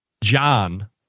John